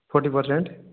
forty percent